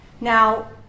Now